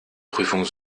prüfung